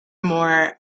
more